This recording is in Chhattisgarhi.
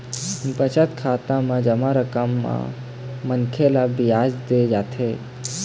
बचत खाता म जमा रकम म मनखे ल बियाज दे जाथे